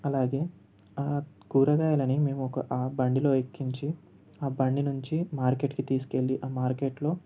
అలాగే ఆ కూరగాయలని మేము ఒక ఆ బండిలో ఎక్కించి ఆ బండి నుంచి మార్కెట్కి తీసుకెళ్ళి ఆ మార్కెట్లో